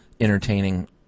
entertaining